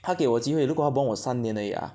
他给我机会如果他 bond 我三年而已 ah